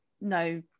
no